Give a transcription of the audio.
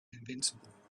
invincible